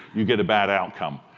you get a bad outcome.